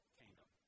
kingdom